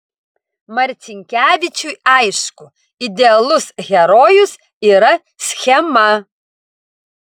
marcinkevičiui aišku idealus herojus yra schema